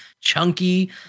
chunky